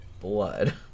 blood